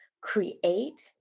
create